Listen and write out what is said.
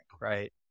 right